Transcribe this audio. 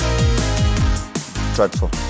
Dreadful